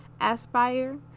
aspire